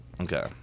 Okay